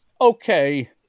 okay